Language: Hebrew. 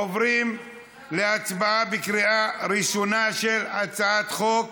עוברים להצבעה בקריאה ראשונה של הצעת חוק